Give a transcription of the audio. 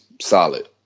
solid